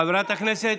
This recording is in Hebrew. חברת הכנסת